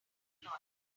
launch